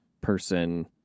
person